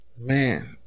Man